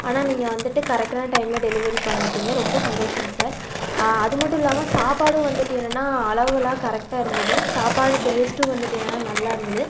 ஆனால் நீங்கள் வந்துட்டு கரெக்ட்டான டைம்ல டெலிவரி பண்ணிட்டீங்கள் ரொம்ப சந்தோசங்க சார் அது மட்டும் இல்லாமல் சாப்பாடும் வந்துட்டு என்னன்னா அளவெலாம் கரெக்ட்டாக இருந்தது சாப்பாடும் டேஸ்ட்டும் வந்துட்டு என்னனா நல்லா இருந்தது